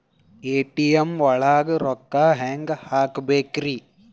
ATM ಒಳಗ್ ರೊಕ್ಕ ಹೆಂಗ್ ಹ್ಹಾಕ್ಬೇಕ್ರಿ?